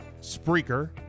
Spreaker